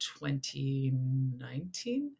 2019